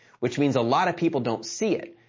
which means a lot of people don't see it.